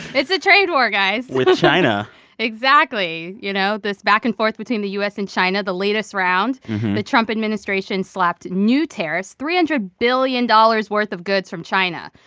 it's a trade war, guys with china exactly. you know, this back-and-forth between the u s. and china the latest round the trump administration slapped new tariffs three hundred billion dollars worth of goods from china.